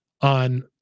on